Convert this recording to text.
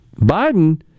Biden